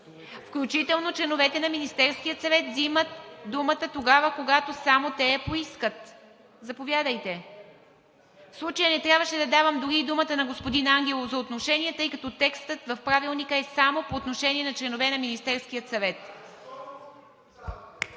Включително членовете на Министерския съвет взимат думата тогава, когато само те я поискат. В случая не трябваше да давам думата дори и на господин Ангелов за отношение, тъй като текстът в Правилника е само по отношение на членове на Министерския съвет.